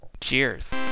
Cheers